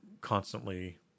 constantly